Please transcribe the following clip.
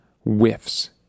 whiffs